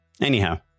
Anyhow